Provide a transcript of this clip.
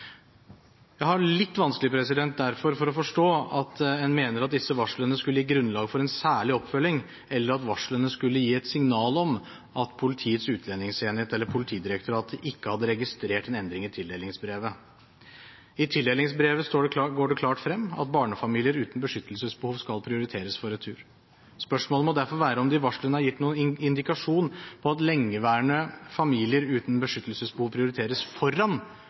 Jeg har derfor litt vanskelig for å forstå at en mener at disse varslene skulle gi grunnlag for særlig oppfølging, eller at varslene skulle gi et signal om at Politiets utlendingsenhet eller Politidirektoratet ikke hadde registrert en endring i tildelingsbrevet. I tildelingsbrevet går det klart frem at barnefamilier uten beskyttelsesbehov skal prioriteres for retur. Spørsmålet må derfor være om det i varslene er gitt noen indikasjon på at lengeværende familier uten beskyttelsesbehov prioriteres foran